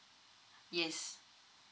yes